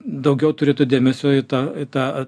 daugiau turėtų dėmesio į tą tą